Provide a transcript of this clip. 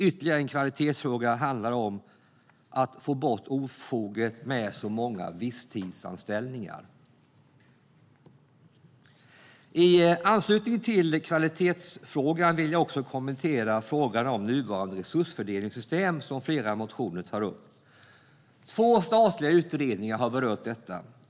Ytterligare en kvalitetsfråga handlar om att få bort ofoget med de många visstidsanställningarna. I anslutning till kvalitetsfrågan vill jag också kommentera frågan om nuvarande resursfördelningssystem, som flera motioner tar upp. Två statliga utredningar har belyst frågan.